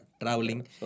traveling